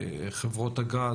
מחברות הגז,